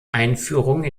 einführung